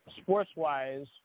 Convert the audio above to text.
sports-wise